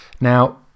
Now